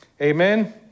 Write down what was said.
Amen